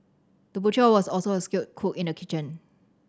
the butcher was also a skilled cook in the kitchen